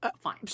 Fine